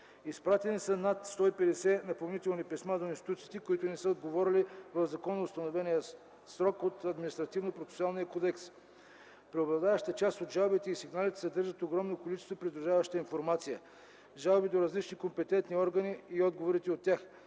Изпратени са над 150 напомнителни писма до институциите, които не са отговорили в законоустановения срок от Административнопроцесуалния кодекс. Преобладаващата част от жалбите и сигналите съдържат огромно количество придружаваща информация – жалби до различни компетентни органи и отговорите от тях.